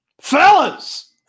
Fellas